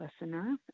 listener